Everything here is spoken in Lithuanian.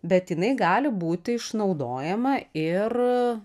bet jinai gali būti išnaudojama ir